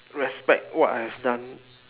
respect what I have done